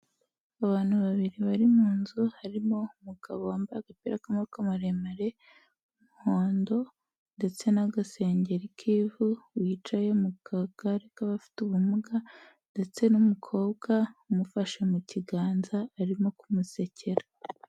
Abantu babiri bari mu nzu, harimo umugabo wambaye agapira k'amaboko maremare k'umuhondo ndetse n'agasengeri k'ivu, wicaye mu kagare k'abafite ubumuga ndetse n'umukobwa umufashe mu kiganza arimo kumusekera.